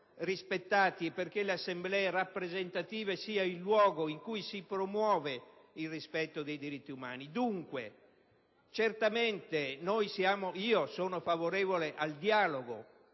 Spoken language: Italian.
perché le Assemblee rappresentative siano il luogo in cui si promuove il rispetto di tali diritti. Certamente sono favorevole al dialogo